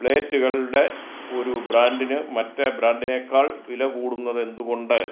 പ്ലേറ്റുകളുടെ ഒരു ബ്രാൻഡിന് മറ്റേ ബ്രാൻഡിനേക്കാൾ വില കൂടുന്നത് എന്തുകൊണ്ട്